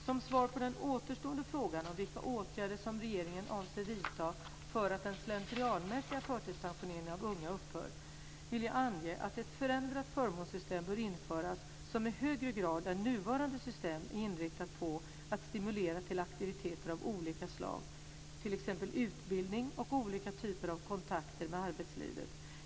Som svar på den återstående frågan om vilka åtgärder som regeringen avser vidta för att den slentrianmässiga förtidspensioneringen av unga ska upphöra vill jag ange att ett förändrat förmånssystem bör införas som i högre grad än nuvarande system är inriktat på att stimulera till aktiviteter av olika slag, t.ex. utbildning och olika typer av kontakter med arbetslivet.